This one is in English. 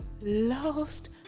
lost